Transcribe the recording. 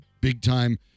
big-time